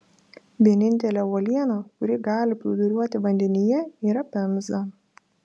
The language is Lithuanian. vienintelė uoliena kuri gali plūduriuoti vandenyje yra pemza